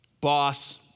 Boss